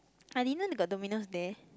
I didn't know they got Dominos there